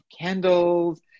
candles